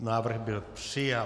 Návrh byl přijat.